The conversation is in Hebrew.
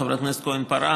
חברת הכנסת כהן-פארן,